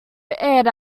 aired